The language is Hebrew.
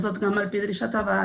וזאת על פי דרישת הוועדה,